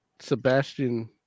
Sebastian